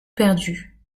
perdu